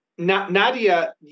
Nadia